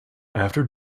after